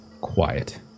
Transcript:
quiet